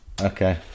okay